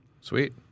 Sweet